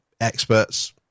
experts